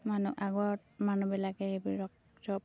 মানুহ আগত মানুহবিলাকে এইবিলাক চব